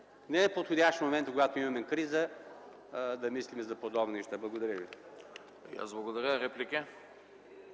не е подходящ моментът, когато имаме криза, да мислим за подобни неща. Благодаря Ви.